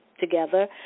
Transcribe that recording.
together